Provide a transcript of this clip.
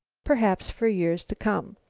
perhaps for years to come.